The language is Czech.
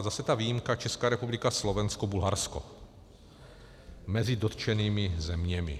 Zase ta výjimka, Česká republika, Slovensko, Bulharsko mezi dotčenými zeměmi.